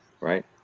right